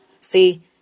See